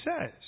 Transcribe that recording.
says